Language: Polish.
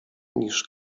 niż